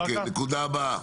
אוקיי, נקודה הבאה.